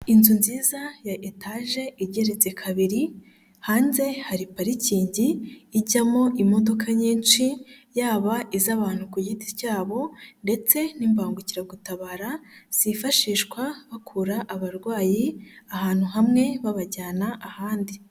Inzu nziza ya etaje igeretse kabiri, hanze hari parikingi ijyamo imodoka nyinshi yaba iz'abantu ku giti cyabo ndetse n'ibangukiragutabara zifashishwa bakura abarwayi ahantu hamwe babajyana ahandi.